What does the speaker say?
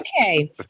Okay